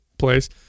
place